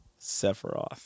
Sephiroth